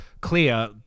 clear